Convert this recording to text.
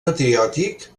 patriòtic